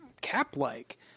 Cap-like